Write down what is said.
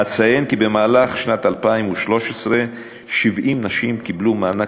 אציין כי במהלך שנת 2013 קיבלו 70 נשים מענק